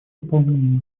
выполнении